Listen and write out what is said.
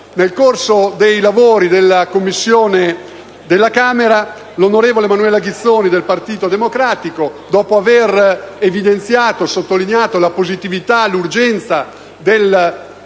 Nel corso dei lavori presso la VII Commissione della Camera, l'onorevole Manuela Ghizzoni del Partito Democratico, dopo aver evidenziato e sottolineato la positività e l'urgenza dell'intervento